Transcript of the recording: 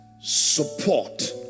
support